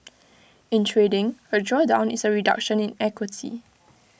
in trading A drawdown is A reduction in equity